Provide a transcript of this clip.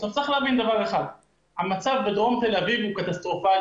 עכשיו צריך להבין דבר אחד המצב בדרום תל-אביב הוא קטסטרופלי,